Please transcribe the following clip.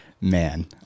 man